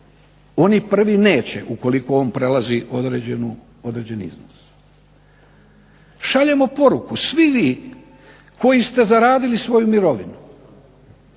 oni prvi neće ukoliko on prelazi određeni iznos. Šaljemo poruku, svi vi koji ste zaradili svoju mirovinu